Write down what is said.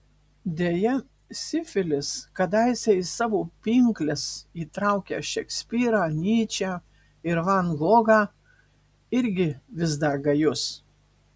deja sifilis kadaise į savo pinkles įtraukęs šekspyrą nyčę ir van gogą irgi vis dar gajus